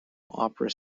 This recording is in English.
opera